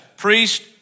Priest